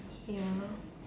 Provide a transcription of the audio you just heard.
ya